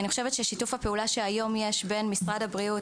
שיתוף הפעולה שיש היום בין משרד הבריאות,